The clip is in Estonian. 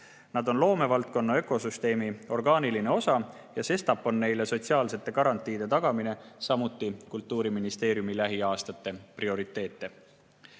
Nad on loomevaldkonna ökosüsteemi orgaaniline osa ja sestap on neile sotsiaalsete garantiide tagamine samuti üks Kultuuriministeeriumi lähiaastate prioriteete.